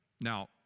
Now